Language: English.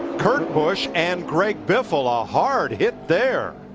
kurt busch and greg biffle, a hard hit there.